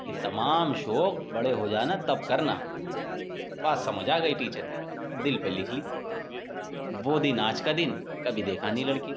یہ تمام شوق بڑے ہو جانا تب کرنا بات سمجھ آ گئی ٹیچر کی دل پہ لکھ لی وہ دن آج کا دن کبھی دیکھا نہیں لڑکی